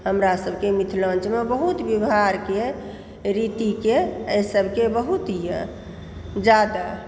हमरा सभकेँ मिथिलाञ्चलमे बहुत व्यवहारके रीतिके अहि सभके बहुत यऽ जादा